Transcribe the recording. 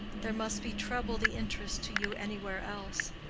there must be treble the interest to you anywhere else.